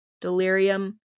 delirium